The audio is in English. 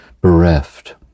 bereft